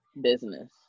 business